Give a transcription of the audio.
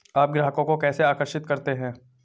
आप ग्राहकों को कैसे आकर्षित करते हैं?